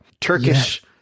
Turkish